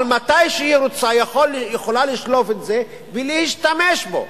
אבל כשהיא רוצה היא יכולה לשלוף אותה ולהשתמש בה,